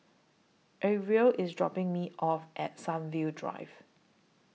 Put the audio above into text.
Arvil IS dropping Me off At Sunview Drive